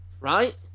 right